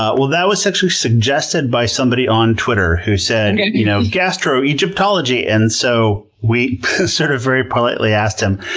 ah well, that was actually suggested by somebody on twitter who said, you know gastro egyptology! and so we sort of very politely asked him,